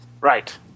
Right